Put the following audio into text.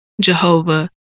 Jehovah